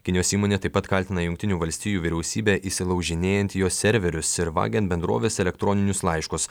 kinijos įmonė taip pat kaltina jungtinių valstijų vyriausybę įsilaužinėjant į jo serverius ir vagiant bendrovės elektroninius laiškus